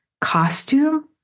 costume